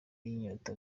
n’inyota